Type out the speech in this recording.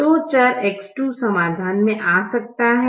तो चर X2 समाधान में आ सकता है